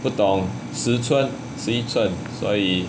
不懂十寸十一寸所以